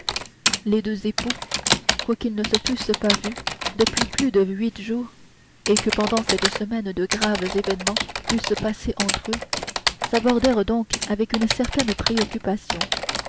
les deux époux quoiqu'ils ne se fussent pas vus depuis plus de huit jours et que pendant cette semaine de graves événements eussent passé entre eux s'abordèrent donc avec une certaine préoccupation